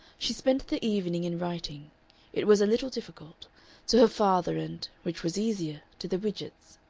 she spent the evening in writing it was a little difficult to her father and which was easier to the widgetts.